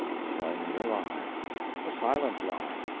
to tell me a lie a silent lie.